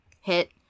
hit